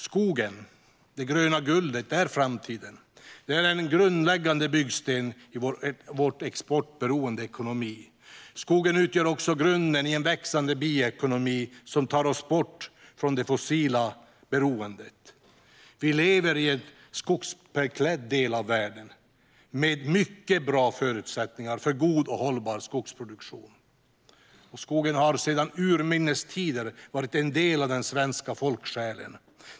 Skogen - det gröna guldet - är framtiden. Det är en grundläggande byggsten i vår exportberoende ekonomi. Skogen utgör också grunden i en växande bioekonomi som tar oss bort från det fossila beroendet. Vi lever i en skogbeklädd del av världen, med mycket bra förutsättningar för god och hållbar skogsproduktion. Skogen har sedan urminnes tider varit en del av den svenska folksjälen.